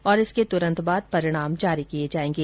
और उसके तुरंत बाद परिणाम जारी किये जायेंगे